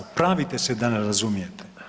Pravite se da ne razumijete.